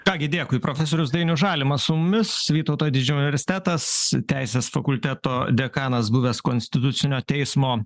ką gi dėkui profesorius dainius žalimas su mumis vytauto didžiojo universitetas teisės fakulteto dekanas buvęs konstitucinio teismo